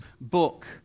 book